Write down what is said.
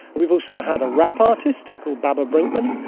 we've also had a rap artist called baba brinkman,